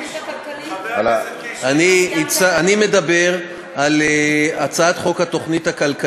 אני מדבר על הצעת חוק התוכנית הכלכלית.